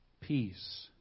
peace